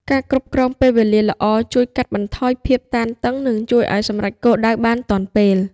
ការគ្រប់គ្រងពេលវេលាល្អជួយកាត់បន្ថយភាពតានតឹងនិងជួយឱ្យសម្រេចគោលដៅបានទាន់ពេល។